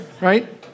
Right